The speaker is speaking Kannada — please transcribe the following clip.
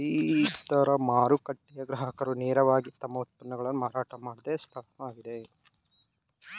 ರೈತರ ಮಾರುಕಟ್ಟೆಯು ಗ್ರಾಹಕರು ನೇರವಾಗಿ ತಮ್ಮ ಉತ್ಪನ್ನಗಳನ್ನು ಮಾರಾಟ ಮಾಡೋ ಸ್ಥಳವಾಗಿದೆ